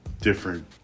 different